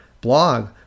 blog